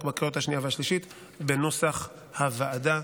בקריאה השנייה והשלישית בנוסח הוועדה.